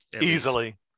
easily